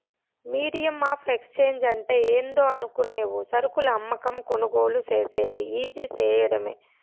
medium of exchange అంటే ఏందో అనుకునేవు సరుకులు అమ్మకం, కొనుగోలు సేసేది ఈజీ సేయడమే